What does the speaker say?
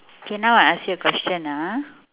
okay now I ask you a question ah